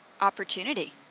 opportunity